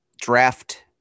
draft